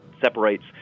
separates